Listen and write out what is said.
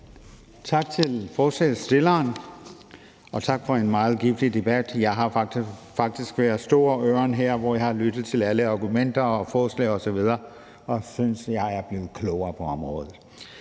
Tak til forslagsstillerne, og tak for en meget givtig debat. Jeg har faktisk haft store øren her, hvor jeg har lyttet til alle argumenter og forslag osv. Og jeg synes, at jeg er blevet klogere på området.